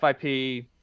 FIP –